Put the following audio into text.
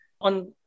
on